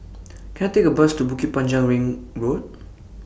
Can I Take A Bus to Bukit Panjang Ring Road